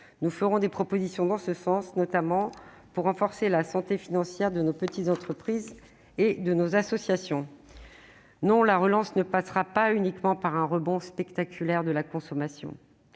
Nous ferons des propositions dans ce sens, notamment pour renforcer la santé financière de nos petites entreprises et de nos associations. Non, la relance ne passera pas uniquement par un rebond spectaculaire de la consommation.